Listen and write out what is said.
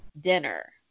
dinner